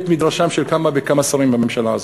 מדרשם של כמה וכמה שרים בממשלה הזאת,